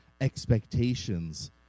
expectations